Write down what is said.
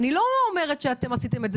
אני לא אומרת שאתם עשיתם את זה